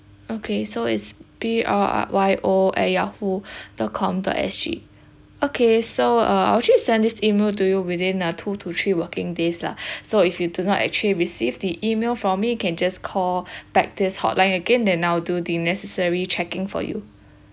okay so it's P R Y O at yahoo dot com dot SG okay so uh I'll actually send this email to you within uh two to three working days lah so if you do not actually received the email from me can just call pract~ hotline again then I'll do the necessary checking for you